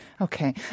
Okay